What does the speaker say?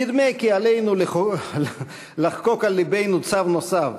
נדמה כי עלינו לחקוק על לבנו צו נוסף,